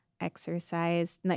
exercise